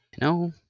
no